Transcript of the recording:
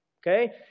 okay